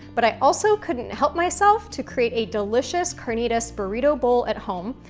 but i also couldn't help myself to create a delicious carnitas burrito bowl at home,